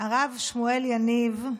הרב שמואל יניב,